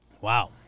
Wow